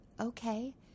Okay